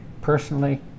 personally